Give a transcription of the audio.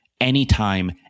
anytime